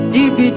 Deep